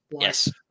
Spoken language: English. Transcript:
Yes